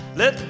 let